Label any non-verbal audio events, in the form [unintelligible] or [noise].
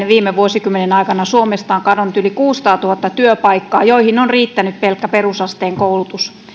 [unintelligible] viime vuosikymmenen aikana suomesta on kadonnut yli kuusisataatuhatta työpaikkaa joihin on riittänyt pelkkä perusasteen koulutus